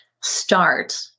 start